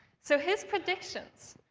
so his predictions